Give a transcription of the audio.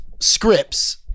Scripts